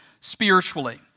spiritually